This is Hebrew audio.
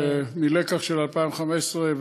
מלקח של 2015,